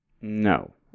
No